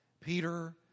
Peter